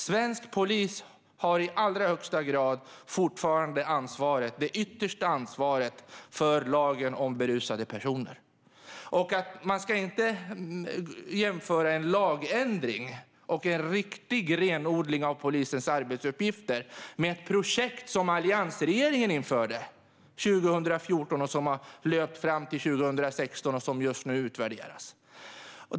Svensk polis har i allra högsta grad fortfarande det yttersta ansvaret för lagen om berusade personer. Man ska inte jämföra en lagändring och en riktig renodling av polisens arbetsuppgifter med ett projekt som alliansregeringen införde 2014, som har löpt fram till 2016 och som just nu utvärderas.